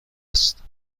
است